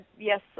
yes